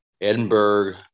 Edinburgh